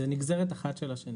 זה נגזרת אחת של השני.